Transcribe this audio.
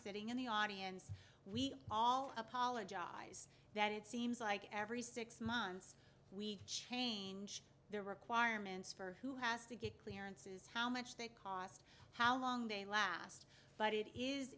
sitting in the audience we all apologize that it seems like every six months we change the requirements for who has to get prince's how much they cost how long they last but it is